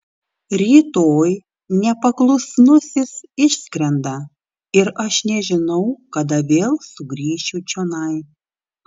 rytoj nepaklusnusis išskrenda ir aš nežinau kada vėl sugrįšiu čionai